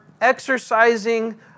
exercising